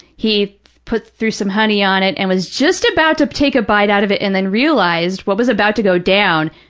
he threw some honey on it and was just about to take a bite out of it and then realized what was about to go down,